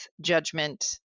judgment